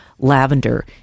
Lavender